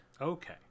Okay